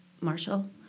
Marshall